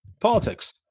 Politics